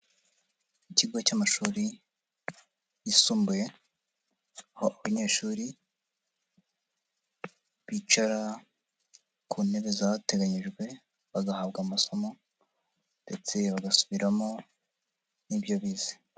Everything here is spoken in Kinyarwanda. Ikigo cy'amashuri yisumbuye, aho abanyeshuri bicara ku ntebe zateganyijwe bagahabwa amasomo ndetse bagasubiramo n'ibyo bize.